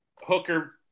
Hooker